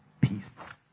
peace